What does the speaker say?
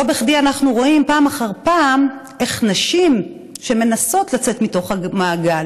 לא בכדי אנחנו רואים פעם אחר פעם איך נשים שמנסות לצאת מתוך המעגל,